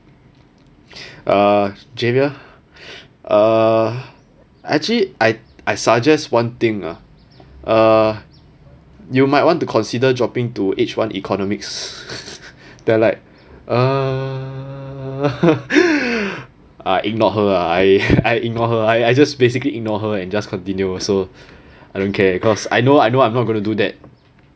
uh javier uh actually I I suggest one thing ah uh you might want to consider dropping to H one economics they like uh I ignored her ah I I ignored her I I I just basically ignored her and just continue so I didn't care cause I know I know I'm not gonna do that